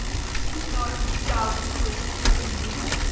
i speak not be thou true as fearing thee,